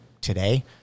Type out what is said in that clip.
today